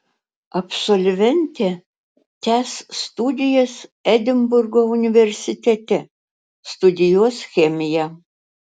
absolventė tęs studijas edinburgo universitete studijuos chemiją